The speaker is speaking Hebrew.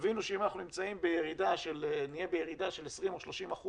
תבינו שאם אנחנו נהיה בירידה של 20% או 30%